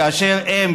כאשר הם,